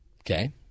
Okay